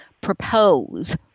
propose